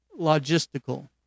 logistical